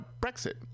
Brexit